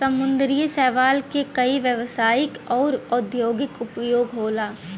समुंदरी शैवाल के कई व्यवसायिक आउर औद्योगिक उपयोग होला